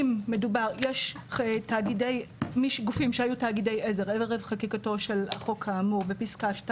אם מדובר בגופים שהיו תאגידי עזר ערב חקיקתי של החוק כאמור בפסקה 2